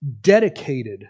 dedicated